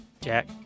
Jack